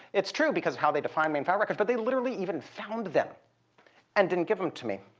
it's true because of how they define main file records but they literally even found them and didn't give them to me.